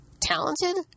Talented